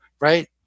right